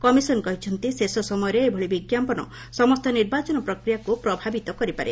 commission କହିଛନ୍ତି ଶେଷ ସମୟରେ ଏଭଳି ବିଜ୍ଞାପନ ସମସ୍ତ ନିର୍ବାଚନ ପ୍ରକ୍ରିୟାକ୍ର ପ୍ରଭାବିତ କରିପାରେ